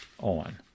on